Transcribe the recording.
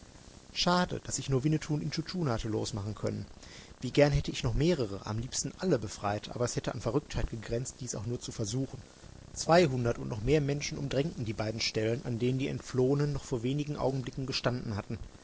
schade daß ich nur winnetou und intschu tschuna hatte losmachen können wie gern hätte ich noch mehrere am liebsten alle befreit aber es hätte an verrücktheit gegrenzt dies auch nur zu versuchen zweihundert und noch mehr menschen umdrängten die beiden stellen an denen die entflohenen noch vor wenigen augenblicken gestanden hatten